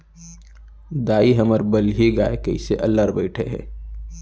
दाई, हमर बलही गाय कइसे अल्लर बइठे हे